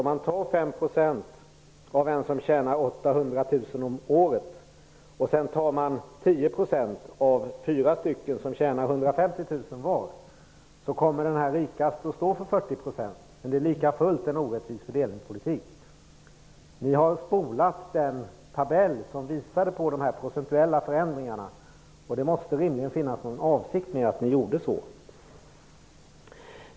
Om man tar 5 % av en som tjänar 800 000 kr om året och sedan tar 10 % av fyra som tjänar 150 000 kr var, kommer den rikaste att stå för 40 %, men det är lika fullt en orättvis fördelningspolitik. Ni har spolat den tabell som visade dessa procentuella förändringarna. Det måste rimligen finnas någon avsikt med att ni gjorde det.